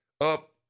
up